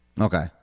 Okay